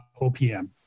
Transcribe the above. OPM